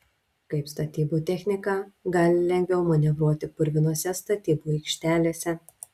kaip statybų technika gali lengviau manevruoti purvinose statybų aikštelėse